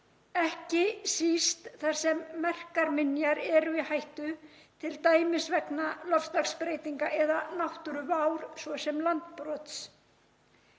ekki síst þar sem merkar minjar eru í hættu, t.d. vegna loftslagsbreytinga eða náttúruvár, svo sem landbrots.